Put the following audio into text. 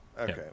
Okay